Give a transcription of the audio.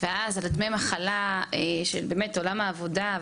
את הקשר עד שהתבהר לי ההקשר לעולם העבודה,